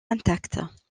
intactes